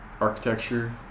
architecture